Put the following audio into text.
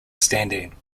standing